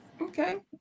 okay